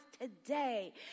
today